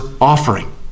offering